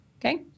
Okay